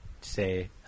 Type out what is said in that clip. say –